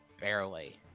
barely